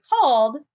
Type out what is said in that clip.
called